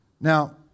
Now